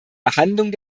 behandlung